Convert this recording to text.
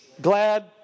glad